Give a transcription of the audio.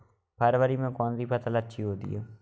फरवरी में कौन सी फ़सल अच्छी होती है?